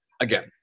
again